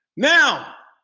now,